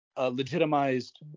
legitimized